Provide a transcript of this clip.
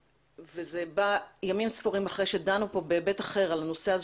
זה בא ימים ספורים אחרי שדנו בהיבט אחר על הנושא של הזה